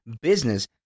business